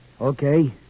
Okay